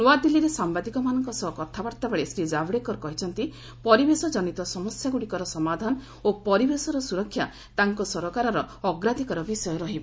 ନ୍ତଆଦିଲ୍ଲୀରେ ସାମ୍ବାଦିକମାନଙ୍କ ସହ କଥାବାର୍ତ୍ତାବେଳେ ଶ୍ରୀ କ୍ରାବଡେକର କହିଛନ୍ତି ପରିବେଶଜନିତ ସମସ୍ୟାଗ୍ରଡ଼ିକର ସମାଧାନ ଓ ପରିବେଶର ସ୍ତରକ୍ଷା ତାଙ୍କ ସରକାରର ଅଗ୍ରାଧିକାର ବିଷୟ ରହିବ